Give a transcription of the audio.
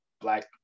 Black